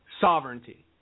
sovereignty